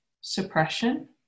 suppression